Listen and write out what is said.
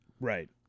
Right